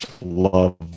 love